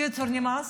בקיצור, נמאס.